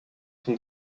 son